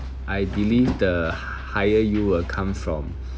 I believe the higher yield will come from